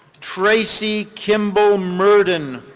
tracy kimball merdan.